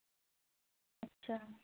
ᱟᱪᱪᱷᱟ